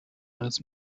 eines